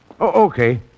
okay